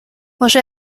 może